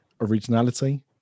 originality